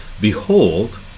Behold